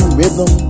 rhythm